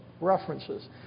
references